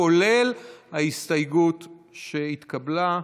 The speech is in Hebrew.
כולל ההסתייגות שהתקבלה.